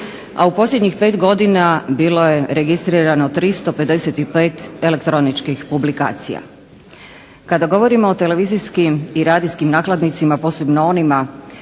a u posljednjih 5 godina bilo je registrirano 355 elektroničkih publikacija. Kada govorimo o televizijskim i radijskim nakladnicima, posebno onima